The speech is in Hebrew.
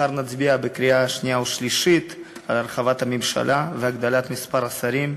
מחר נצביע בקריאה שנייה ושלישית על הרחבת הממשלה והגדלת מספר השרים,